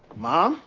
mom.